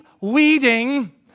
weeding